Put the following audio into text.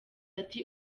ati